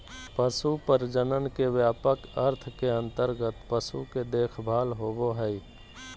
पशु प्रजनन के व्यापक अर्थ के अंतर्गत पशु के देखभाल होबो हइ